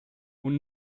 und